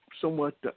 somewhat